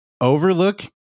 overlook